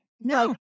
No